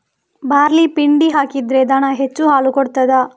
Barley ಪಿಂಡಿ ಹಾಕಿದ್ರೆ ದನ ಹೆಚ್ಚು ಹಾಲು ಕೊಡ್ತಾದ?